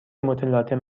متلاطم